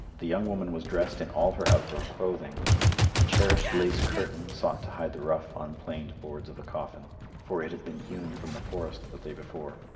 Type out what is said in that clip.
the young woman was dressed in all her outdoor clothing a cherished lace curtain sought to hide the rough, unplaned boards of the coffin for it had been hewn from the forest the day before.